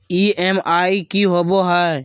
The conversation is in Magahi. ई.एम.आई की होवे है?